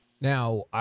Now